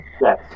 Yes